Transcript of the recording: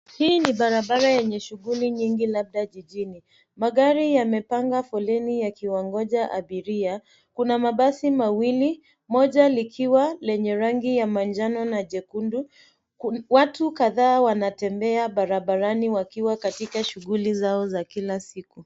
Hii ni barabara yenye shughuli nyingi labda jijini. Magari yamepanga foleni yakiwangoja abiria. Kuna mabasi mawili, moja likiwa lenye rangi ya manjano na jekundu. Watu kadhaa wanatembea barabarani wakiwa katika shughuli zao za kila siku.